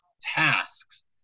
tasks